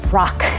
rock